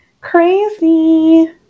crazy